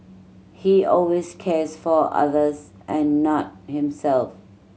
he always cares for others and not himself